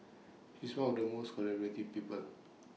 he's one of the most collaborative people